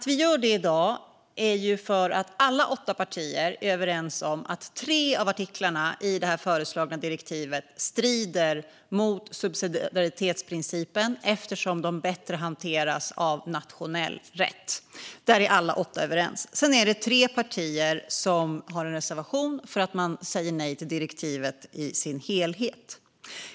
Vi gör det i dag för att alla åtta partier är överens om att tre av artiklarna i det föreslagna direktivet strider mot subsidiaritetsprincipen eftersom de bättre hanteras av nationell rätt - där är alla åtta överens - och att det sedan är tre partier som har en reservation för att de säger nej till direktivet i sin helhet.